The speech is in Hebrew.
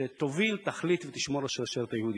שתוביל, תחליט ותשמור על השרשרת היהודית.